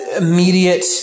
immediate